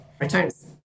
returns